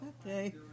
okay